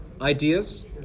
ideas